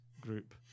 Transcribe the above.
group